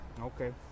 Okay